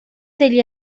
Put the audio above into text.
degli